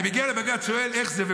אני מגיע לבג"ץ ושואל: איך זה,